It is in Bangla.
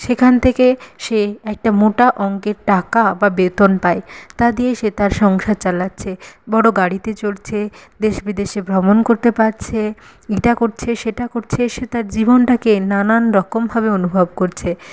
সেখান থেকে সে একটা মোটা অঙ্কের টাকা বা বেতন পায় তা দিয়েই সে তার সংসার চালাচ্ছে বড় গাড়িতে চড়ছে দেশ বিদেশে ভ্রমণ করতে পারছে এটা করছে সেটা করছে সে তার জীবনটাকে নানান রকমভাবে অনুভব করছে